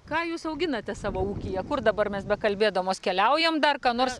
ką jūs auginate savo ūkyje kur dabar mes bekalbėdamos keliaujam dar ką nors